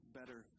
better